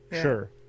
sure